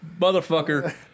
motherfucker